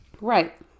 Right